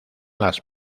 las